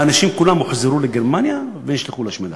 האנשים כולם הוחזרו לגרמניה ונשלחו להשמדה.